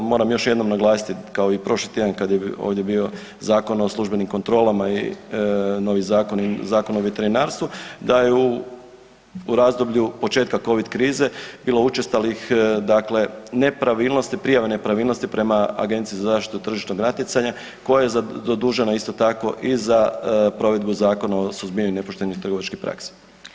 Moram još jednom naglasiti kao i prošli tjedan kad je ovdje bio Zakon o službenim kontrolama i novi zakon, Zakon o veterinarstvu da je u razdoblju početka Covid krize bilo učestalih dakle nepravilnosti, prijava nepravilnosti prema Agenciji za zaštitu tržišnog natjecanja koja je zadužena isto tako i za provedbu Zakona o suzbijanju nepoštenih trgovačkih praksi.